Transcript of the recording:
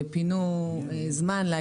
וכמובן רבים מהצפון,